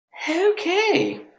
Okay